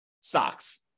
stocks